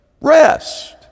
rest